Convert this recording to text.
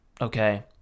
okay